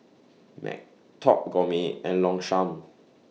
Mac Top Gourmet and Longchamp